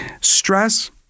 Stress